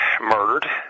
murdered